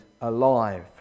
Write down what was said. alive